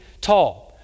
tall